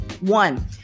One